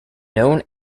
known